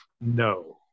No